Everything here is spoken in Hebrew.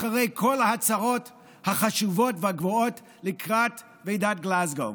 אחרי כל ההצהרות החשובות והגבוהות לקראת ועידת גלאזגו.